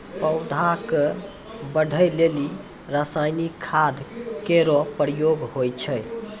पौधा क बढ़ै लेलि रसायनिक खाद केरो प्रयोग होय छै